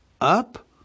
up